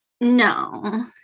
No